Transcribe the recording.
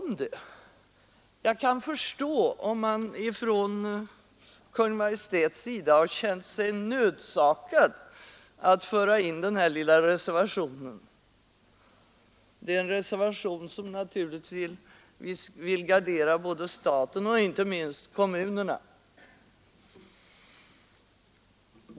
Jag kan förstå om man från Kungl. Maj:ts sida har känt sig nödsakad att föra in den här lilla reservationen. Det är en reservation som naturligtvis vill gardera både staten och, inte minst, kommunerna.